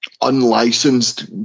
unlicensed